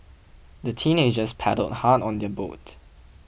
the teenagers paddled hard on their boat